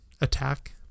attack